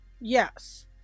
Yes